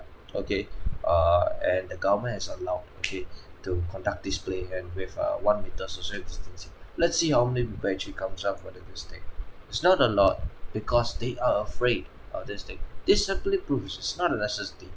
okay err and the government has allowed okay to conduct this play and with uh one with let's see how many people actually comes up for the this thing it's not a lot because they are afraid of this thing this certainly proves it's not a necessity